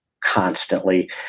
constantly